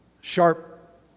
sharp